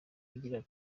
ugira